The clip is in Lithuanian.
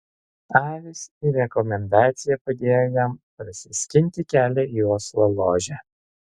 avys ir rekomendacija padėjo jam prasiskinti kelią į oslo ložę